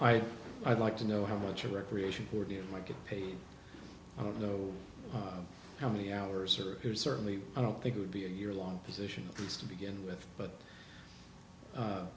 i i'd like to know how much of recreation or do i get paid i don't know how many hours or certainly i don't think it would be a year long position to begin with